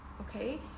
okay